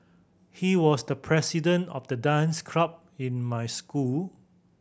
he was the president of the dance club in my school